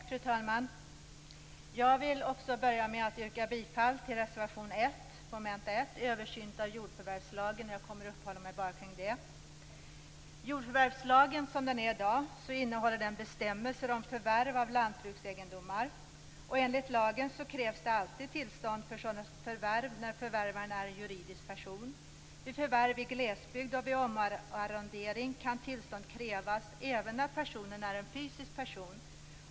Fru talman! Jag vill också börja med att yrka bifall till reservation 1, under mom. 1, Översyn av jordförvärvslagen. Jag kommer endast att uppehålla mig kring detta. Jordförvärvslagen av i dag innehåller bestämmelser om förvärv av lantbruksegendomar. Enligt lagen krävs det alltid tillstånd för sådana förvärv när förvärvaren är juridisk person. Vid förvärv i glesbygd och vid omarrendering kan tillstånd krävas även när personen är en fysisk person.